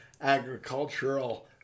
agricultural